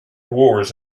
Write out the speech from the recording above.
wars